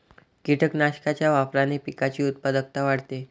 कीटकनाशकांच्या वापराने पिकाची उत्पादकता वाढते